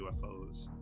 UFOs